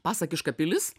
pasakiška pilis